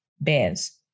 bears